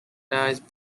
dies